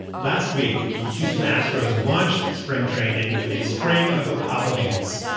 last week, the houston astros launched spring training with a string of apologies.